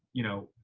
you know,